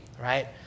Right